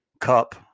Cup